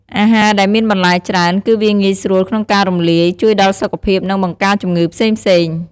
អាហារដែលមានបន្លែច្រើន គឺវាងាយស្រួលក្នុងការរំលាយ ជួយដល់សុខភាព និង បង្ការជំងឺផ្សេងៗ។